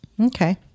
Okay